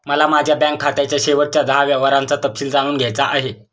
मला माझ्या बँक खात्याच्या शेवटच्या दहा व्यवहारांचा तपशील जाणून घ्यायचा आहे